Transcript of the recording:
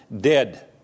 dead